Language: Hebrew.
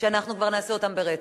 ואנחנו כבר נעשה אותן ברצף.